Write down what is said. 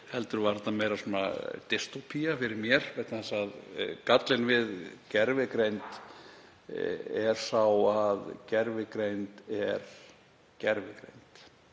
heldur var þetta meiri distópía fyrir mér vegna þess að gallinn við gervigreind er sá að gervigreind er gervigreind.